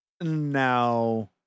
Now